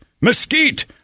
Mesquite